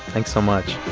thanks so much